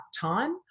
time